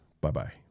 Bye-bye